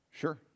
sure